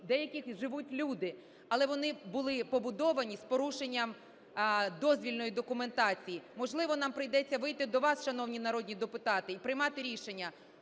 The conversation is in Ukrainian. деяких живуть люди, але вони були побудовані з порушенням дозвільної документації. Можливо, нам прийдеться вийти до вас, шановні народні депутати, і приймати рішення